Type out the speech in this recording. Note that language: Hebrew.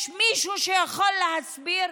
יש מישהו שיכול להסביר?